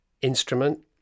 instrument